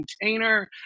container